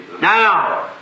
Now